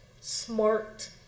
smart